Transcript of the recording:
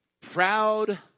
proud